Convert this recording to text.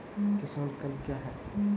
किसान क्लब क्या हैं?